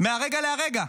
מהרגע לרגע.